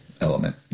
element